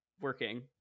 working